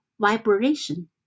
vibration